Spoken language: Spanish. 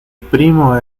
primo